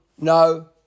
no